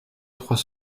trois